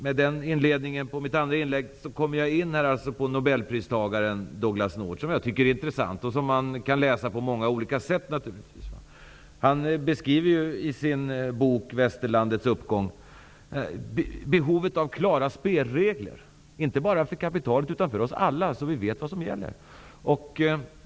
Med den inledningen på mitt andra inlägg kommer jag in på Nobelpristagaren Douglass North, som jag tycker är intressant. Man kan naturligtvis läsa det han skriver på många olika sätt. Han beskriver i sin bok ''Västerlandets uppgång'' behovet av klara spelregler -- inte bara för kapitalet, utan för oss alla, så att vi vet vad som gäller.